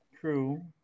True